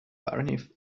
barony